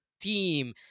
team